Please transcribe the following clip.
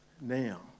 now